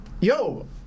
yo